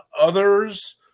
others